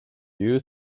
you